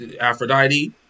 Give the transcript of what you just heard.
Aphrodite